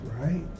right